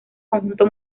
conjunto